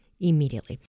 immediately